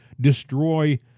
destroy